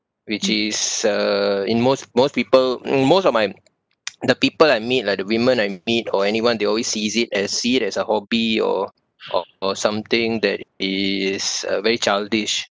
which is uh in most most people most of my the people I meet like the women I meet or anyone they always sees it as see it as a hobby or or or something that is uh very childish